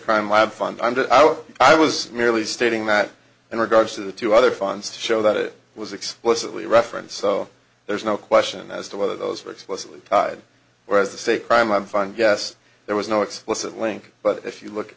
out i was merely stating that in regards to the two other funds to show that it was explicitly reference so there is no question as to whether those were explicitly tied whereas the state crime i find yes there was no explicit link but if you look